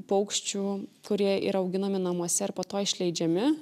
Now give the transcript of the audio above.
paukščių kurie yra auginami namuose ir po to išleidžiami